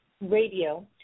Radio